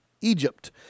Egypt